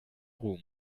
ruhm